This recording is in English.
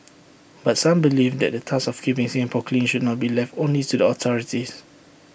but some believe that the task of keeping Singapore clean should not be left only to the authorities